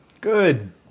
good